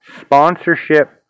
sponsorship